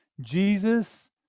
Jesus